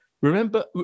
remember